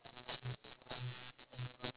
oh my god same same same